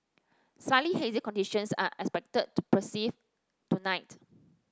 slightly hazy conditions are expected to persist tonight